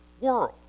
world